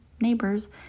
neighbors